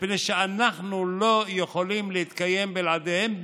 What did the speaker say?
מפני שאנחנו לא יכולים להתקיים בלעדיהם,